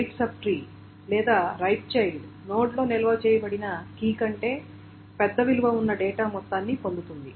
right subtree లేదా right child node లో నిల్వ చేయబడిన కీ కంటే పెద్ద విలువ ఉన్న డేటా మొత్తాన్ని పొందుతుంది